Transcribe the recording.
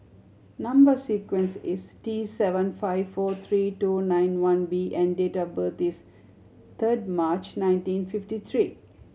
number sequence is T seven five four three two nine one B and date of birth is third March nineteen fifty three